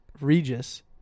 Regis